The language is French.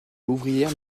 ouvrière